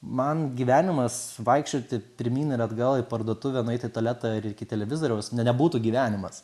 man gyvenimas vaikščioti pirmyn ir atgal į parduotuvę nueit į tualetą ir iki televizoriaus ne nebūtų gyvenimas